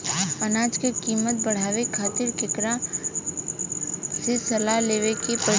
अनाज क कीमत बढ़ावे खातिर केकरा से सलाह लेवे के पड़ी?